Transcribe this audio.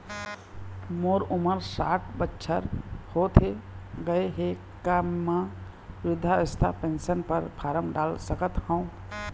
मोर उमर साठ बछर होथे गए हे का म वृद्धावस्था पेंशन पर फार्म डाल सकत हंव?